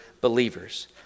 believers